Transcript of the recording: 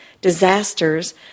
disasters